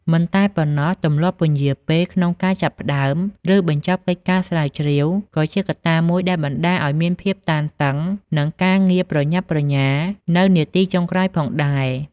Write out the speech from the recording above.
មិនតែប៉ុណ្ណោះ ទម្លាប់ពន្យារពេលក្នុងការចាប់ផ្តើម ឬបញ្ចប់កិច្ចការស្រាវជ្រាវក៏ជាកត្តាមួយដែលបណ្តាលឱ្យមានភាពតានតឹង និងការងារប្រញាប់ប្រញាល់នៅនាទីចុងក្រោយផងដែរ។